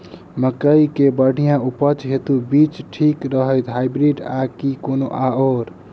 मकई केँ बढ़िया उपज हेतु केँ बीज ठीक रहतै, हाइब्रिड आ की कोनो आओर?